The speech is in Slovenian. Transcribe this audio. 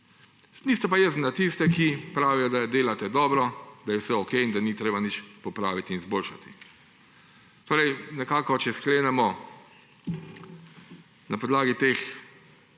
Niste pa jezni na tiste, ki pravijo, da delate dobro, da je vse okej in da ni treba nič popraviti in izboljšati. Če nekako sklenemo na podlagi teh